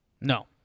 No